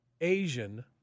Asian